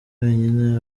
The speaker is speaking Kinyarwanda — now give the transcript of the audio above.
wenyine